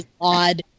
odd